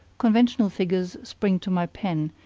conventional figures spring to my pen,